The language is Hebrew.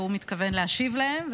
והוא מתכוון להשיב להם,